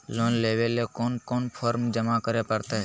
Loan लेवे ले कोन कोन फॉर्म जमा करे परते?